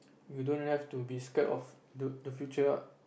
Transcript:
you don't have to be scared of the the future ah